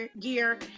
gear